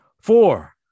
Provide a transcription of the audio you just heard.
Four